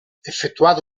effettuato